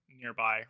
nearby